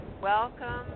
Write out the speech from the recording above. welcome